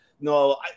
No